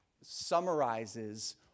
summarizes